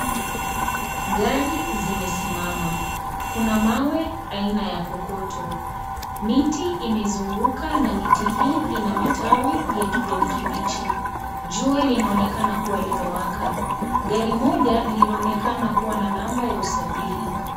Gari zimesimama. Kuna mawe aina ya kokoto. Miti imezunguka na miti hii ina matawi ya kijani kibichi. Jua linaonekana kuwa limewaka. Gari moja linaonekana kuwa na namba ya usajili.